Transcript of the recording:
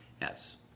Yes